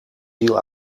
ziel